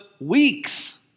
weeks